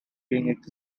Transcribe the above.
king